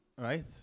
Right